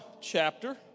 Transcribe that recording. chapter